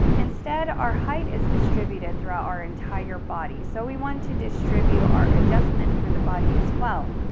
instead, our height is distributed throughout our entire body, so we want to distribute our adjustment through the body as well.